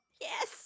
Yes